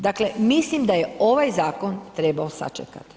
Dakle mislim da je ovaj zakon trebao sačekati.